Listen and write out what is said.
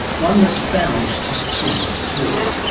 one that's bound to succeed too.